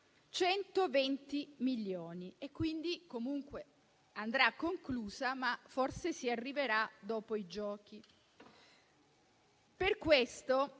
120 milioni e comunque andrà conclusa, ma forse si arriverà dopo i Giochi. Per questo